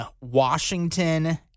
Washington